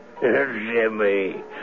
Jimmy